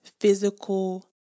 physical